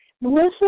Melissa